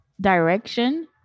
direction